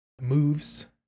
moves